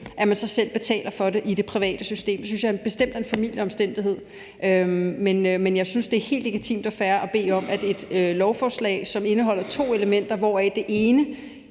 at man så selv betaler for det i det private system. Det synes jeg bestemt er en formildende omstændighed. Men jeg synes, det er helt legitimt og fair at bede om, at et lovforslag, som indeholder to elementer, hvoraf det ene